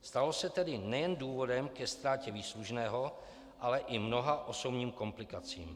Stalo se tedy nejen důvodem ke ztrátě výslužného, ale i mnoha osobním komplikacím.